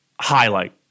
highlight